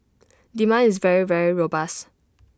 demand is very very robust